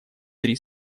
три